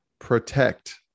protect